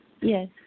Yes